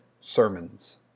sermons